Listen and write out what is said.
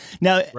Now